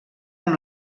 amb